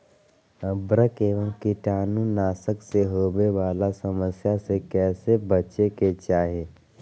उर्वरक एवं कीटाणु नाशक से होवे वाला समस्या से कैसै बची के चाहि?